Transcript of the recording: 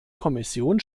kommission